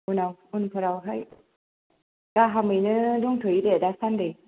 उनाव उनफोरावहाय गाहामैनो दंथ'वो दे दासान्दै